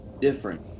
different